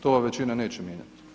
To ova većina neće mijenjati.